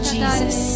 Jesus